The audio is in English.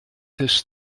this